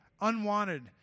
unwanted